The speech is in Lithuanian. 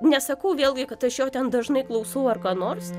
nesakau vėlgi kad aš jo ten dažnai klausau ar ką nors